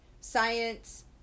Science